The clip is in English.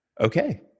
Okay